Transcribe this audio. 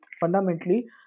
fundamentally